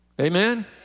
Amen